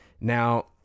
Now